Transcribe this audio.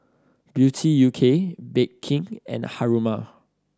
Beauty U K Bake King and Haruma